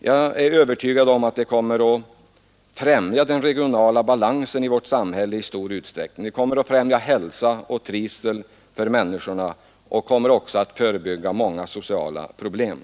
Jag är övertygad om att det i stor utsträckning kommer att främja den regionala balansen i vårt samhälle, att det kommer att befrämja hälsa och trivsel för människorna och att det kommer att förebygga många sociala problem.